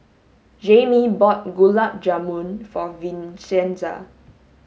Jaime bought Gulab Jamun for Vincenza